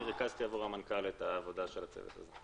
אני אתאר את עבודת צוות המנכ"לים,